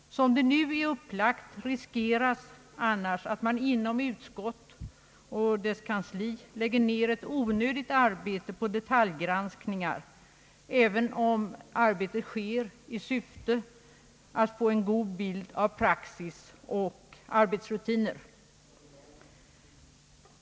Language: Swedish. Som det nu är upplagt riskeras att man inom utskott och kansli lägger ner onödigt arbete på detaljgranskningar, även om arbetet sker i syfte att få en god bild av praxis och arbetsrutiner.